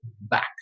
back